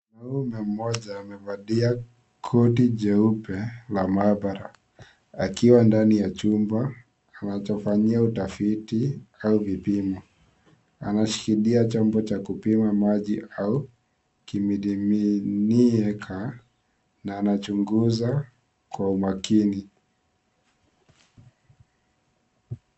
Mwanaume mmoja amevapia kodi jeupe la maabara. Akiwa ndani ya chumba, anachofanyia utafiti au vipimo. Anashikilia chombo cha kupima maji au kimidiminieka na anachunguza kwa umakini.